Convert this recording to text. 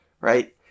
right